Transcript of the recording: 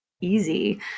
easy